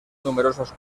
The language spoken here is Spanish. numerosas